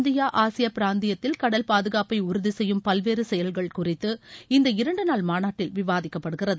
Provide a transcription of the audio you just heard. India Asia பிராந்தியத்தில் கடல் பாதுகாப்பை உறுதி செய்யும் பல்வேறு செயல்கள் குறித்து இந்த இரண்டு நாள் மாநாட்டில் விவாதிக்கப்படுகிறது